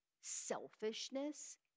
selfishness